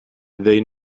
they